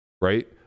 Right